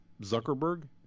Zuckerberg